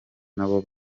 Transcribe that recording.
nabo